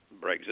Brexit